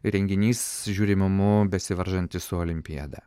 renginys žiūrimumu besivaržantis su olimpiada